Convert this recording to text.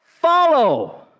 follow